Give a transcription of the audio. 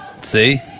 See